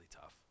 tough